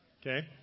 okay